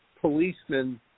policemen